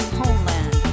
homeland